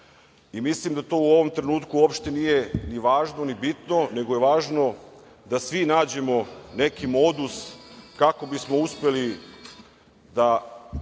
Mislim da to u ovom trenutku uopšte nije ni važno, ni bitno, nego je važno da svi nađemo neki modus kako bismo uspeli da